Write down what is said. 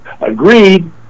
Agreed